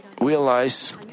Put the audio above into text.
realize